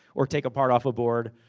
or take a part off a board.